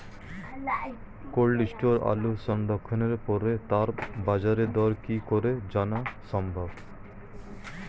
Cold স্টোরে আলু সংরক্ষণের পরে তার বাজারদর কি করে জানা সম্ভব?